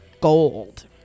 Gold